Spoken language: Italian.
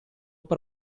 per